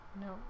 No